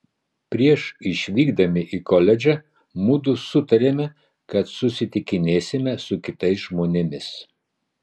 prieš išvykdami į koledžą mudu sutarėme kad susitikinėsime su kitais žmonėmis